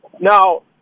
Now